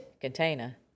Container